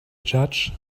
judge